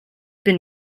been